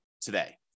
today